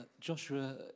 Joshua